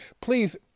Please